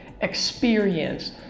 experience